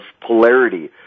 polarity